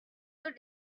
your